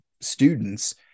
students